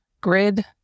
grid